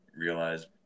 realize